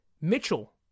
Mitchell